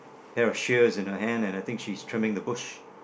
pair of shears in her hand and I think she's trimming the bush